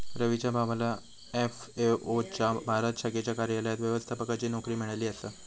रवीच्या भावाला एफ.ए.ओ च्या भारत शाखेच्या कार्यालयात व्यवस्थापकाची नोकरी मिळाली आसा